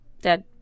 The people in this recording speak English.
dead